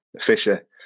Fisher